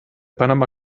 panama